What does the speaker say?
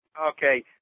Okay